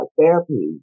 therapy